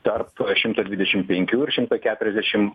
tarp šimto dvidešim penkių ir šimto keturiasdešim